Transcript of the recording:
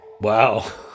Wow